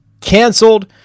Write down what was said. canceled